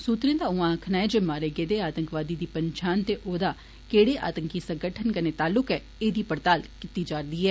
सूत्रे दा उआं आक्खना ऐ जे मारे गेदे आतंकवादी दी पंछान ते उंदा केड़े आतंकी संगठनै कन्नै तालुक ऐ एह्दी पड़ताल कीती जा'रदी ऐ